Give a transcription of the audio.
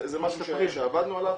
זה משהו שעבדנו עליו,